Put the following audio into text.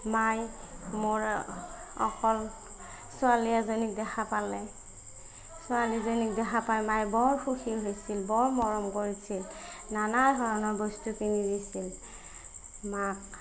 মায়ে মোৰ অকল ছোৱালী এজনীক দেখা পালে ছোৱালীজনীক দেখা পাই মায়ে বৰ সুখী হৈছিল বৰ মৰম কৰিছিল নানা ধৰণৰ বস্তু কিনি দিছিল মাক